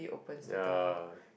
ya